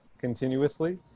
continuously